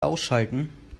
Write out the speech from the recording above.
ausschalten